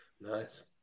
Nice